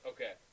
Okay